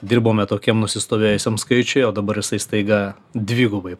dirbome tokiam nusistovėjusiam skaičiui o dabar jisai staiga dvigubai